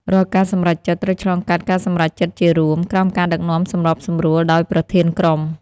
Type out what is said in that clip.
រាល់ការសម្រេចចិត្តត្រូវឆ្លងកាត់ការសម្រេចចិត្តជារួម ក្រោមការដឹកនាំសម្របសម្រួលដោយប្រធានក្រុម។